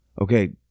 okay